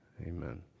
amen